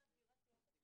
בסדר?